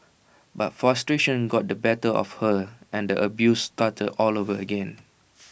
but frustration got the better of her and the abuse started all over again